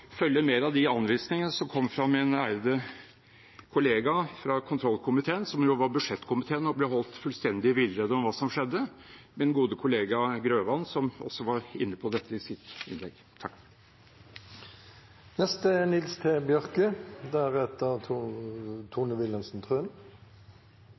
følge mer av de anvisningene som kom fra min ærede kollega fra kontrollkomiteen, som jo var budsjettkomité, og ble holdt fullstendig i villrede om hva som skjedde, min gode kollega Grøvan, som også var inne på dette i sitt innlegg. Dette er